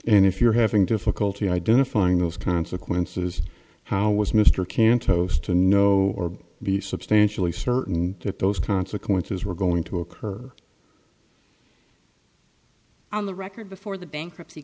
and if you're having difficulty identifying those consequences how was mr cantos to know or be substantially certain that those consequences were going to occur on the record before the bankruptcy